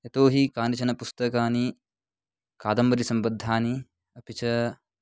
यतो हि कानिचन पुस्तकानि कादम्बरिसम्बद्धानि अपि च